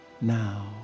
now